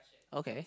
okay